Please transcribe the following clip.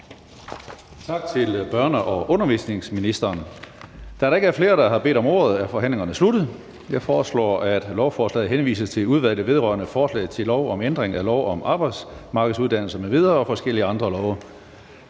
tak til ministeren. Da der ikke er flere, der har bedt om ordet, er forhandlingen sluttet. Jeg foreslår, at lovforslaget henvises til Udvalget vedrørende forslag til lov om ændring af lov om radio- og fjernsynsvirksomhed m.v.